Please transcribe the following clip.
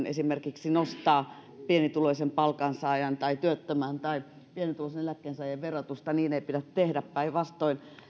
esimerkiksi nostaa pienituloisen palkansaajan tai työttömän tai pienituloisen eläkkeensaajan verotusta päinvastoin